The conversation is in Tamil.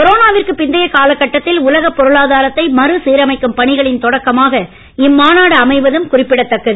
கொரோனாவிற்கு பிந்தைய கால கட்டத்தில் உலக பொருளாதாரத்தை மறுசீரமைக்கும் பணிகளின் தொடக்கமாக இம்மாநாடு அமைவதும் குறிப்பிடத்தக்கது